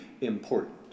important